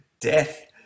death